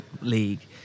League